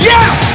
Yes